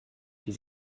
die